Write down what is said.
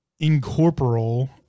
incorporal